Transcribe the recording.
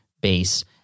base